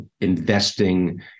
investing